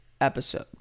episode